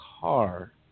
car